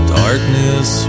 darkness